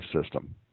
system